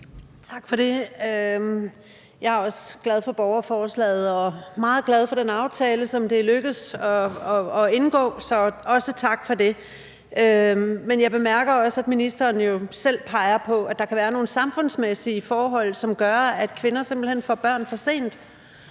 Tak for det. Jeg er også glad for borgerforslaget og meget glad for den aftale, som det er lykkedes at indgå, så også tak for det. Men jeg bemærker også, at ministeren jo selv peger på, at der kan være nogle samfundsmæssige forhold, som gør, at kvinder simpelt hen får børn for sent.